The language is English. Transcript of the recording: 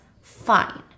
fine